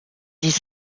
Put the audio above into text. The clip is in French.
dix